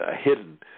hidden